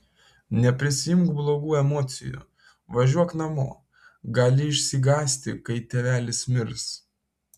neprisiimk blogų emocijų važiuok namo gali išsigąsti kai tėvelis mirs